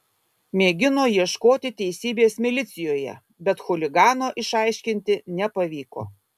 mėgino ieškoti teisybės milicijoje bet chuligano išaiškinti nepavyko